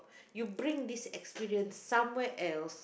you bring this experience somewhere else